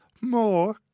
More